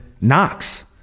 Knox